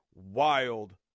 wild